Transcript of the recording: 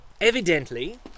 Evidently